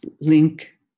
link